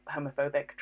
homophobic